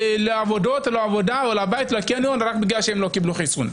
לעבודה או לבית או לקניון רק בגלל שהם לא קיבלו חיסון.